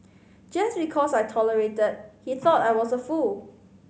just because I tolerated he thought I was a fool